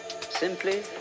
Simply